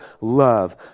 love